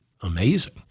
amazing